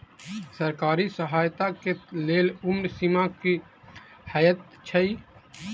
सरकारी सहायता केँ लेल उम्र सीमा की हएत छई?